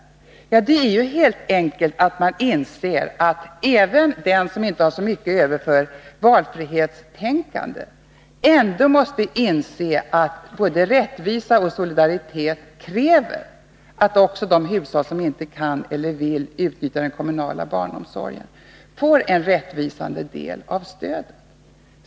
Anledningen är ju helt enkelt att man förstår att även den som inte har så mycket över för valfrihetstänkande ändå måste inse att både rättvisa och solidaritet kräver att också de hushåll som inte kan eller vill utnyttja den kommunala barnomsorgen får en rättvis del av stödet.